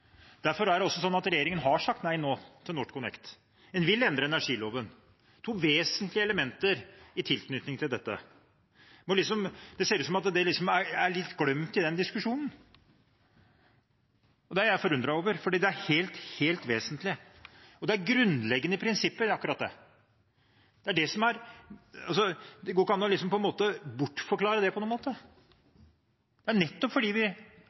Derfor har regjeringen nå sagt nei til NorthConnect. En vil endre energiloven. Det er to vesentlige elementer i tilknytning til dette. Det ser ut som om det er litt glemt i den diskusjonen. Det er jeg forundret over, fordi det er helt vesentlig. Akkurat det er grunnleggende prinsipper. Det går ikke an å bortforklare det på noen måte. Det er nettopp fordi vi allerede da så at NorthConnect kunne medføre økt pris. Vi behøvde ikke å vente på en